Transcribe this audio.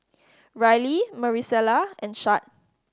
Rylee Maricela and Shad